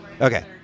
Okay